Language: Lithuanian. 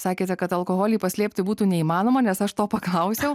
sakėte kad alkoholį paslėpti būtų neįmanoma nes aš to paklausiau